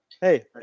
Hey